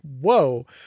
whoa